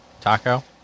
Taco